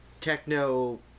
techno